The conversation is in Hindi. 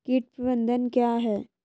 कीट प्रबंधन क्या है?